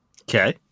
Okay